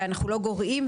ואנחנו לא גורעים.